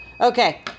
Okay